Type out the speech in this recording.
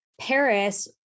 Paris